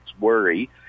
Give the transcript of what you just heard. worry